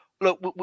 Look